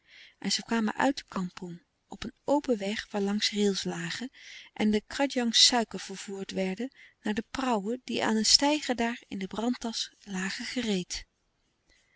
en zij kwamen uit de kampong op een open weg waarlangs rails lagen en de krandjangs suiker vervoerd werden naar de prauwen die aan een steiger daar in den brantas lagen gereed